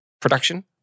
production